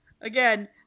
again